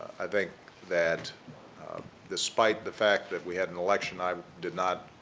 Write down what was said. i think that despite the fact that we had an election i did not,